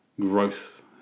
growth